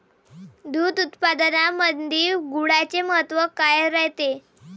दूध उत्पादनामंदी गुळाचे महत्व काय रायते?